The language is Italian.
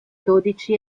dodici